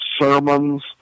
sermons